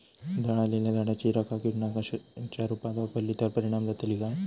जळालेल्या झाडाची रखा कीटकनाशकांच्या रुपात वापरली तर परिणाम जातली काय?